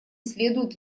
следует